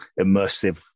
immersive